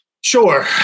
Sure